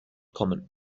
common